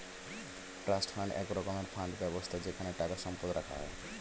trust fund এক রকমের fund ব্যবস্থা যেখানে টাকা সম্পদ রাখা হয়